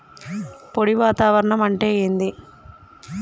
పొడి వాతావరణం అంటే ఏంది?